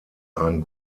ein